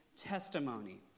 testimony